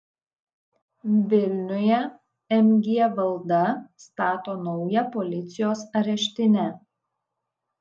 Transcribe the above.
vilniuje mg valda stato naują policijos areštinę